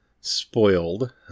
spoiled